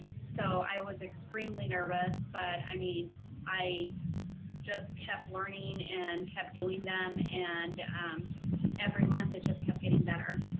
so i was extremely nervous. but i mean i just kept learning and kept doing them and um every month it just kept getting better.